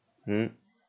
hmm